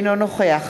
אינו נוכח